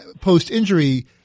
post-injury